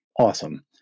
awesome